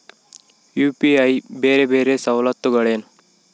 UPI ಬೇರೆ ಬೇರೆ ಸವಲತ್ತುಗಳೇನು?